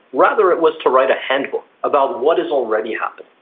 rather it was to write a handbook about what is already happening,